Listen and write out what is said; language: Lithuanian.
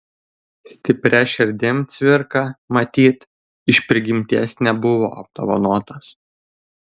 stipria širdim cvirka matyt iš prigimties nebuvo apdovanotas